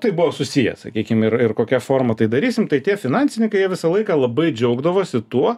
tai buvo susiję sakykim ir ir kokia forma tai darysim tai tie finansininkai jie visą laiką labai džiaugdavosi tuo